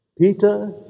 Peter